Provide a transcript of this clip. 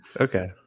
Okay